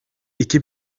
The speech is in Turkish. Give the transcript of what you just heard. iki